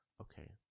okay